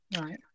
Right